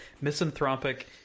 misanthropic